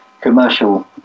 commercial